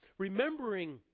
Remembering